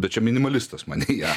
bet čia minimalistas manyje